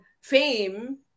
fame